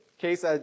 case